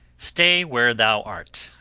stay where thou art,